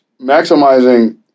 maximizing